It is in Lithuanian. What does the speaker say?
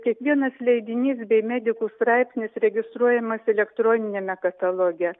kiekvienas leidinys bei medikų straipsnis registruojamas elektroniniame kataloge